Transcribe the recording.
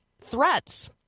threats